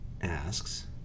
asks